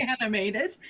animated